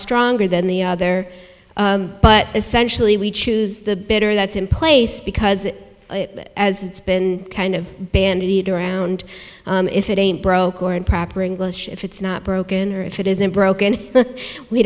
stronger than the other but essentially we choose the better that's in place because as it's been kind of bandied around if it ain't broke or in proper english if it's not broken or if it isn't broken we